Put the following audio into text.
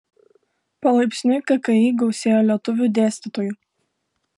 palaipsniui kki gausėjo lietuvių dėstytojų